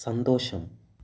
സന്തോഷം